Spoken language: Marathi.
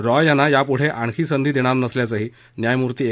रॉय यांना यापुढे आणखी संधी देणार नसल्याचं न्यायमुर्ती ए